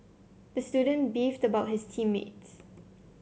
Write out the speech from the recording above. the student beefed about his team mates